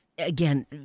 Again